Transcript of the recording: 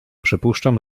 przypuszczam